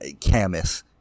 Camus